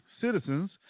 citizens